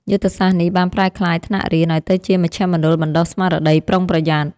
យុទ្ធសាស្ត្រនេះបានប្រែក្លាយថ្នាក់រៀនឱ្យទៅជាមជ្ឈមណ្ឌលបណ្ដុះស្មារតីប្រុងប្រយ័ត្ន។